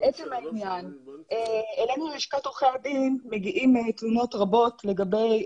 אלינו, לשכת עורכי הדין, מגיעות תלונות רבות לגבי